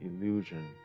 illusion